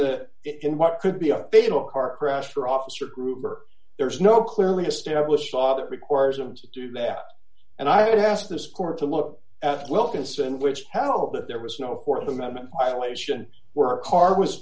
the in what could be a fatal car crash for officer gruber there is no clearly established law that requires them to do that and i ask this court to look at wilkinson which tell that there was no th amendment violation where our car was